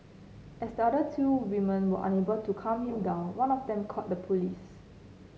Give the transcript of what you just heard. as the other two women were unable to calm him down one of them called the police